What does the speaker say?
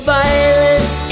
violence